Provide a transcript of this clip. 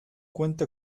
cuenta